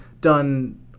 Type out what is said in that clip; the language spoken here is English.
done